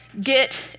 get